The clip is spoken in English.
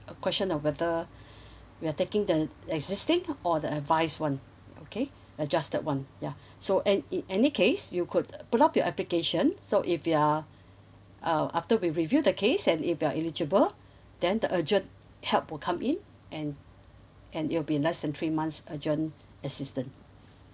a question of whether we are taking the existing or the advised one okay adjusted one ya so and in any case you could put up your application so if you're uh after we review the case and if you're eligible then the urgent help will come in and and it'll be less than three months urgent assistant